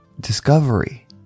discovery